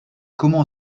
comment